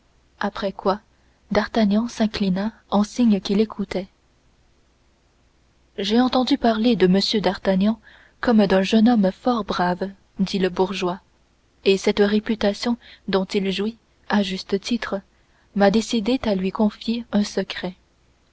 après quoi d'artagnan s'inclina en signe qu'il écoutait j'ai entendu parler de m d'artagnan comme d'un jeune homme fort brave dit le bourgeois et cette réputation dont il jouit à juste titre m'a décidé à lui confier un secret